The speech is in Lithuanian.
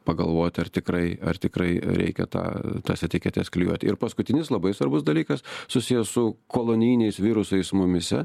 pagalvoti ar tikrai ar tikrai reikia tą tas etiketes klijuoti ir paskutinis labai svarbus dalykas susijęs su kolonijiniais virusais mumyse